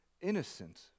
innocent